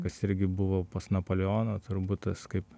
kas irgi buvo pas napoleoną turbūt tas kaip